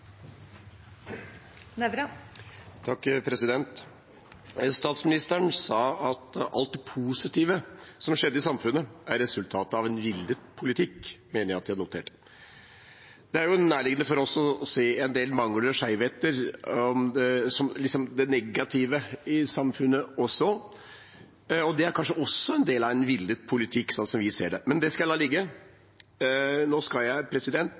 Statsministeren sa – mener jeg å ha notert – at alt det positive som har skjedd i samfunnet, er resultat av en villet politikk. Det er jo nærliggende for oss å se en del mangler og skjevheter, det negative i samfunnet, og det er kanskje også en del av en villet politikk, slik vi ser det. Men det skal jeg la ligge. Nå skal jeg